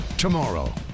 tomorrow